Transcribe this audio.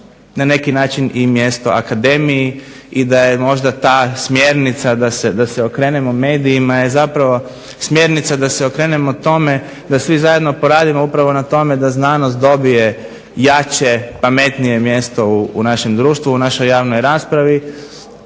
da je zapravo mjesto Akademiji i da je možda ta smjernica da se okrenemo medijima je smjernica da se okrenemo tome da svi zajedno poradimo upravo na tome da znanost dobije jače, pametnije mjesto u našem društvu, u našoj javnoj raspravi,